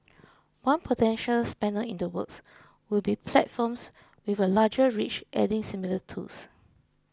one potential spanner in the works would be platforms with a larger reach adding similar tools